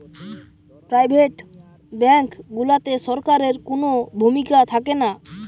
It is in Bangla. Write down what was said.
প্রাইভেট ব্যাঙ্ক গুলাতে সরকারের কুনো ভূমিকা থাকেনা